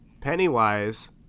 Pennywise